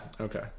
Okay